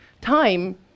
Time